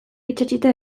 itsatsita